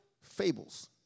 fables